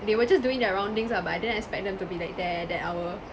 they were just doing their roundings ah but I didn't expect them to be like there that hour